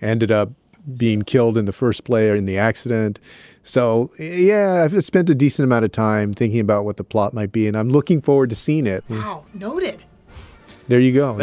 ended up being killed in the first play or in the accident so yeah, i've spent a decent amount of time thinking about what the plot might be. and i'm looking forward to seeing it wow, noted there you go, yeah. and